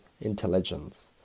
intelligence